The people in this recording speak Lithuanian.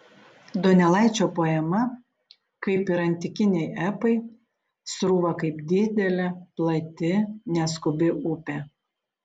donelaičio poema kaip ir antikiniai epai srūva kaip didelė plati neskubi upė